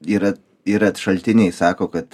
yra yra šaltiniai sako kad